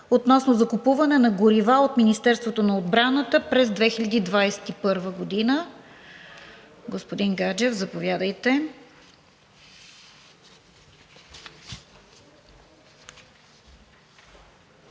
относно закупуване на горива от Министерството на отбраната през 2021 г. Господин Гаджев, заповядайте.